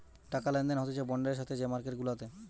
টাকা লেনদেন হতিছে বন্ডের সাথে যে মার্কেট গুলাতে